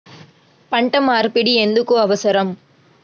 పంట మార్పిడి ఎందుకు అవసరం?